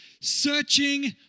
Searching